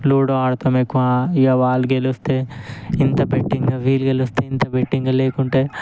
ludo ఆడతాం ఎక్కువ ఇక వాళ్ళు గెలిస్తే ఇంత బెట్టింగ్ వీళ్ళు గెలిస్తే ఇంత బెట్టింగ్ లేకుంటే